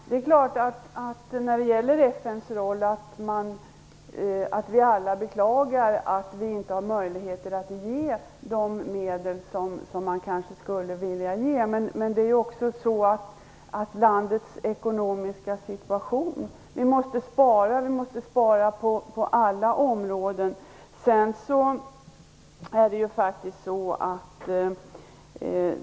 Fru talman! Det är klart att vi alla beklagar att vi inte har möjlighet att ge FN de medel som vi skulle vilja, men landets ekonomiska situation gör det nödvändigt att spara på alla områden.